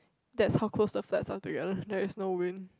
that's how close the flats are together there is no wind